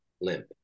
limp